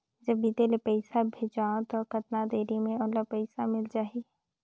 जब इत्ते ले पइसा भेजवं तो कतना देरी मे ओला पइसा मिल जाही?